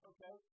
Okay